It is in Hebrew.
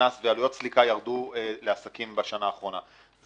שנכנס ועלויות סליקה ירדו לעסקים בשנה האחרונה.